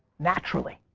naturally.